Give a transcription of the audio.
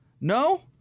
No